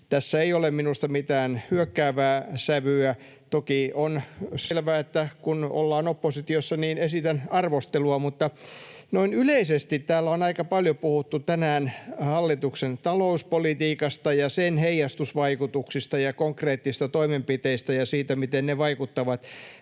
Tässä ei ole minusta mitään hyökkäävää sävyä. Toki on selvää, että kun ollaan oppositiossa, niin esitän arvostelua. Noin yleisesti täällä on aika paljon puhuttu tänään hallituksen talouspolitiikasta ja sen heijastusvaikutuksista ja konkreettisista toimenpiteistä ja siitä, miten ne vaikuttavat